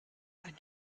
ein